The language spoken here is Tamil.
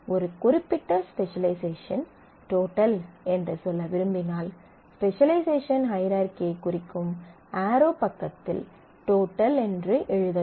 ஒரு குறிப்பிட்ட ஸ்பெசலைசேஷன் டோட்டல் என்று சொல்ல விரும்பினால் ஸ்பெசலைசேஷன் ஹையரார்கீ ஐக் குறிக்கும் ஆரோ பக்கத்தில் டோட்டல் என்று எழுத வேண்டும்